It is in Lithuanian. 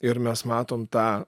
ir mes matom tą